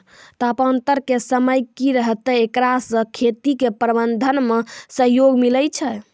तापान्तर के समय की रहतै एकरा से खेती के प्रबंधन मे सहयोग मिलैय छैय?